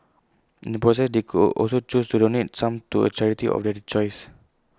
in the process they could also choose to donate the sum to A charity of their choice